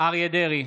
אריה מכלוף דרעי,